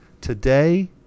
today